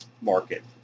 market